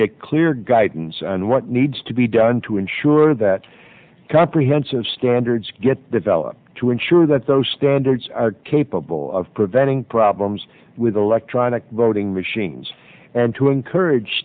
get clear guidance on what needs to be done to ensure that comprehensive standards get developed to ensure that those standards are capable of preventing problems with electronic voting machines and to encourage